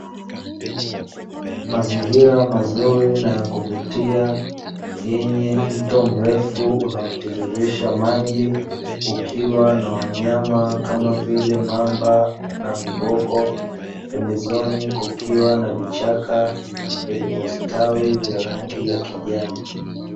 Mazingira mazuri na ya kuvutia yenye mto mrefu unaotiririsha maji, ukiwa na wanyama kama vile mamba, na viboko. Pembezoni kukiwa na vichaka vilivyositawi vya rangi ya kijani.